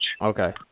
Okay